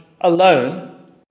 alone